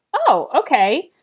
oh, ok.